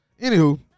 Anywho